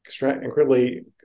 incredibly